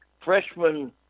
freshman